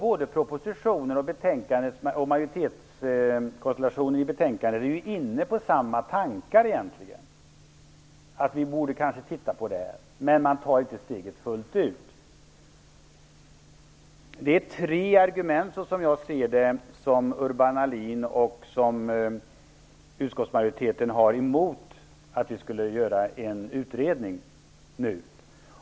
Både i propositionen och i betänkandet är man egentligen inne på samma tankar, nämligen att man kanske borde titta på det här. Men man tar inte steget fullt ut. Urban Ahlin och utskottsmajoriteten har, som jag ser det, tre argument emot att vi skall göra en utredning nu.